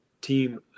team